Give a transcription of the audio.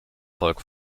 volk